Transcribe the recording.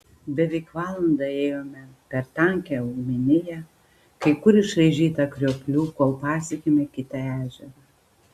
beveik valandą ėjome per tankią augmeniją kai kur išraižytą krioklių kol pasiekėme kitą ežerą